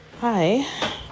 Hi